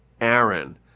Aaron